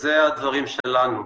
זה הדברים שלנו.